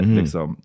liksom